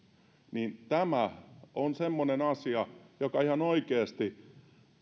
tämä on semmoinen asia joka ihan oikeasti